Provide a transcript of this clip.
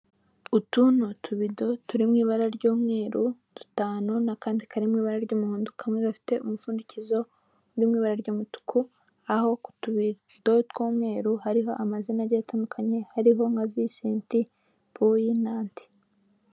Utu ni utubido turi mu ibara ry'umweru, dutanu n'akandi kari mu ibara ry'umuhondo kamwe gafite umupfundikizo, uri mu ibara ry'umutuku. Aho ku tubido tw'umweru hariho amazina agiye atandukanye hariho nka Visenti, Boyi, n'andi.